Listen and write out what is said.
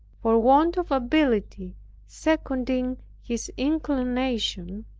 for want of ability seconding his inclination,